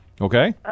Okay